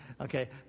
Okay